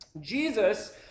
Jesus